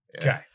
Okay